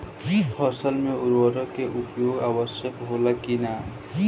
फसल में उर्वरक के उपयोग आवश्यक होला कि न?